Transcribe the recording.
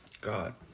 God